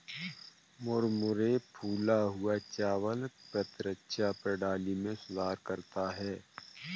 मुरमुरे फूला हुआ चावल प्रतिरक्षा प्रणाली में सुधार करता है